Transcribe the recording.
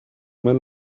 man